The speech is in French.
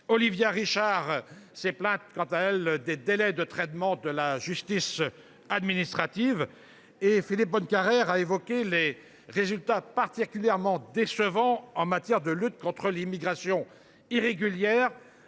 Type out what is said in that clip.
Olivia Richard a regretté les délais de traitement de la justice administrative. Philippe Bonnecarrère a souligné des résultats particulièrement décevants en matière de lutte contre l’immigration irrégulière,